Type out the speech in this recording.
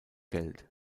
geld